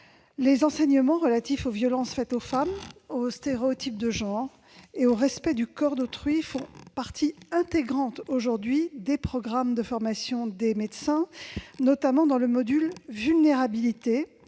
les enseignements relatifs aux violences faites aux femmes, aux stéréotypes de genre et au respect du corps d'autrui font partie intégrante des programmes de formation des médecins, notamment dans le module « Vulnérabilité »